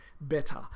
better